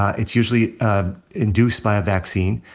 it's usually induced by a vaccine.